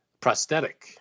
prosthetic